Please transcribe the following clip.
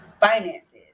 finances